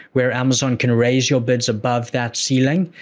where amazon can raise your bids above that ceiling.